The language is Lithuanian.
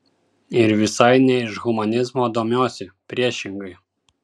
ir visai ne iš humanizmo domiuosi priešingai